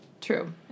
True